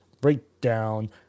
Breakdown